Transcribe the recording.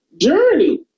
journey